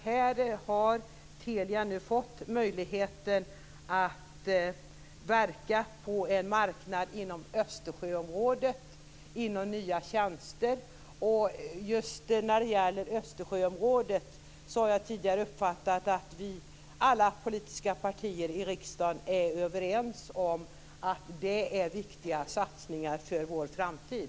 Här har Telia fått möjligheter att verka på en marknad inom Östersjöområdet med nya tjänster. Just när det gäller Östersjöområdet har jag tidigare uppfattat att vi alla politiska partier i riksdagen är överens om att det är viktiga satsningar för vår framtid.